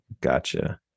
gotcha